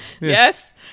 Yes